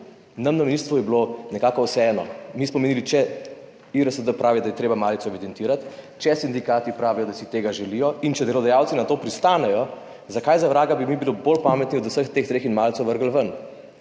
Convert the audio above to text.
Nam na ministrstvu je bilo nekako vseeno, mi smo omenili, če IRSD pravi, da je treba malico evidentirati, če sindikati pravijo, da si tega želijo, in če delodajalci na to pristanejo, zakaj za vraga bi mi bili bolj pametni od vseh teh treh in malico vrgli ven?